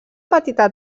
petita